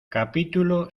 capítulo